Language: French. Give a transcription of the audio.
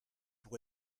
pour